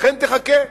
לכן תחכה.